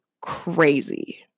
crazy